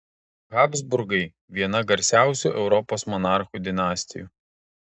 habsburgai viena garsiausių europos monarchų dinastijų